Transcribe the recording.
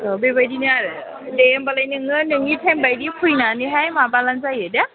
औ बेबायदिनो आरो दे होनबालाय नोङो नोंनि थाइमबायदि फैनानैहाय माबाबानो जायो दे